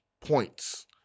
points